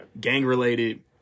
gang-related